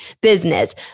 business